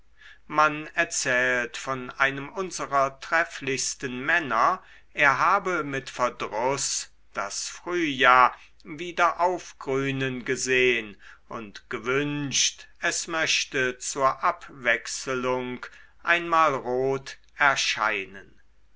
man erzählt von einem unserer trefflichsten männer er habe mit verdruß das frühjahr wieder aufgrünen gesehn und gewünscht es möchte zur abwechselung einmal rot erscheinen